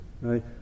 right